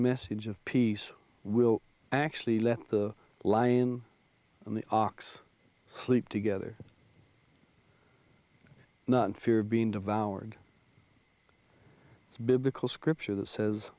message of peace will actually let the lion and the ox sleep together not in fear of being devoured it's biblical scripture that says